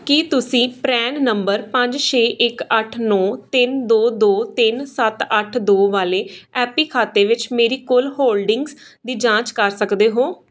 ਕੀ ਤੁਸੀਂ PRAN number ਪੰਜ ਛੇ ਇੱਕ ਅੱਠ ਨੌਂ ਤਿੰਨ ਦੋ ਦੋ ਤਿੰਨ ਸੱਤ ਅੱਠ ਦੋ ਵਾਲੇ ਐਪੀ ਖਾਤੇ ਵਿੱਚ ਮੇਰੀ ਕੁੱਲ ਹੋਲਡਿੰਗਜ਼ ਦੀ ਜਾਂਚ ਕਰ ਸਕਦੇ ਹੋ